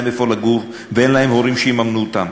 איפה לגור ואין להם הורים שיממנו אותם,